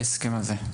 בהסכם הזה?